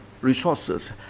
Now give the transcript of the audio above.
Resources